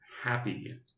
happy